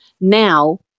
now